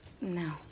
No